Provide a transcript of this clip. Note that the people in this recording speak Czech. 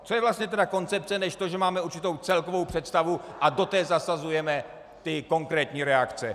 Co je vlastně tedy koncepce než to, že máme určitou celkovou představu a do té zasazujeme ty konkrétní reakce?